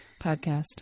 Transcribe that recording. podcast